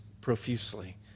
profusely